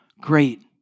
great